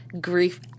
grief